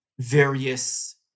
various